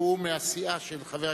מה שקורה כאן,